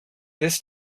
this